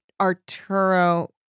arturo